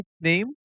name